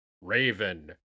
Raven